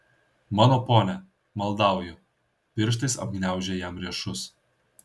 mano pone maldauju pirštais apgniaužė jam riešus